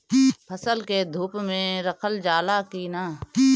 फसल के धुप मे रखल जाला कि न?